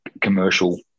commercial